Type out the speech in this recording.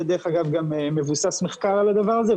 זה דרך אגב גם מבוסס מחקר על הדבר הזה,